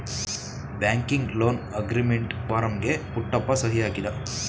banking loan agreement ಫಾರಂಗೆ ಪುಟ್ಟಪ್ಪ ಸಹಿ ಹಾಕಿದ